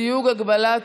הצעת חוק סיוג הגבלת